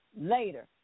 later